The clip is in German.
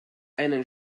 einen